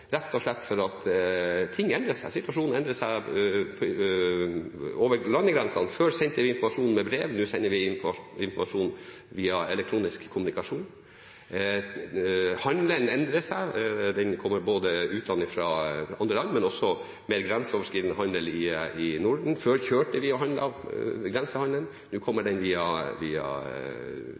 rett og slett fordi situasjonen endrer seg over landegrensene. Før sendte man informasjon med brev. Nå sender man informasjon via elektronisk kommunikasjon. Handelen endrer seg – den kommer fra andre land, men handelen er også mer grenseoverskridende i Norden. Før kjørte vi for å grensehandle, nå skjer det gjerne ved at man bestiller digitalt. Så evalueringen av